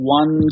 one